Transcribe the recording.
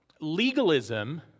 legalism